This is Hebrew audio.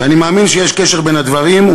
ואני מאמין שיש קשר בין הדברים,